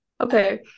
Okay